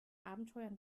abenteuern